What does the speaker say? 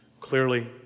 clearly